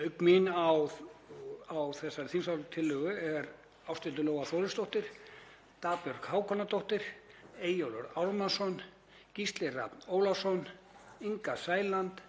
Auk mín á þessari þingsályktunatillögu eru Ásthildur Lóa Þórsdóttir, Dagbjört Hákonardóttir, Eyjólfur Ármannsson, Gísli Rafn Ólafsson, Inga Sæland,